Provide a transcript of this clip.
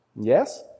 Yes